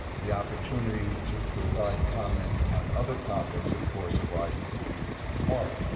the opportunity to provide comment on other topics of course arises a week from tomorrow,